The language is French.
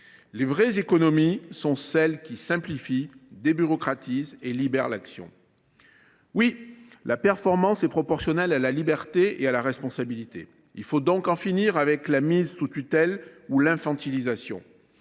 Les vraies économies sont celles qui simplifient, débureaucratisent et libèrent l’action. Oui, la performance est proportionnelle à la liberté et à la responsabilité. Il faut donc en finir avec la mise sous tutelle et avec l’infantilisation.